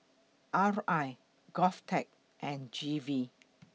R I Govtech and G V